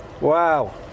Wow